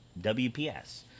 WPS